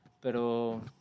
...pero